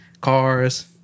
cars